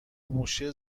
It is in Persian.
موشه